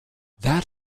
that